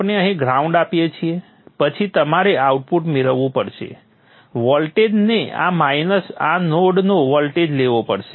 આપણે અહીં ગ્રાઉન્ડ આપીએ છીએ પછી તમારે આઉટપુટ મેળવવું પડશે વોલ્ટેજને આ માઇનસ આ નોડનો વોલ્ટેજ લેવો પડશે